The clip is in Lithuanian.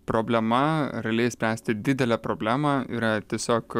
problema realiai spręsti didelę problemą yra tiesiog